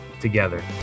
together